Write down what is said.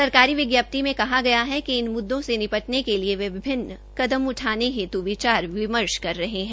सरकारी विज्ञप्ति में कहा गया है कि इन मुद्दों से निटपने के लिए विभिन्न कदम उठाने हेतु विचार विमर्श कर रहे है